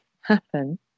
happen